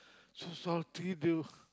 so salty the